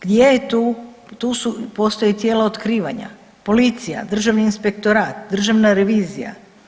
Gdje je tu su postoje tijela otkrivanja, policija, Državni inspektorat, Državna revizija?